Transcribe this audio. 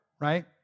right